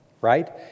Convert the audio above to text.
right